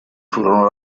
furono